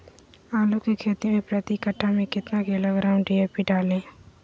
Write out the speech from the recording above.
आलू की खेती मे प्रति कट्ठा में कितना किलोग्राम डी.ए.पी डाले?